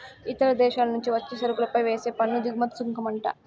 ఇతర దేశాల నుంచి వచ్చే సరుకులపై వేసే పన్ను దిగుమతి సుంకమంట